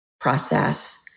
process